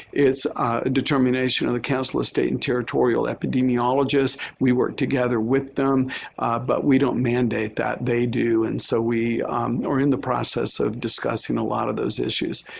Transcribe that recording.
it's a determination of the council of state and territorial epidemiologists. we work together with them but we don't mandate that they do. and so we are in the process of discussing a lot of those issues.